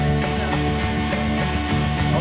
and